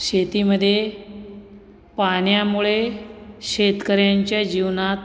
शेतीमध्ये पाण्यामुळे शेतकऱ्यांच्या जीवनात